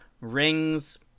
rings